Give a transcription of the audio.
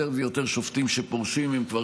יותר ויותר שופטים שפורשים הם כבר